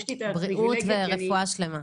בריאות ורפואה שלמה.